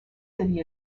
city